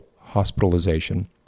hospitalization